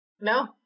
No